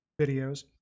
videos